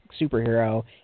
superhero